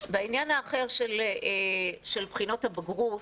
בעניין האחר של בחינות הבגרות,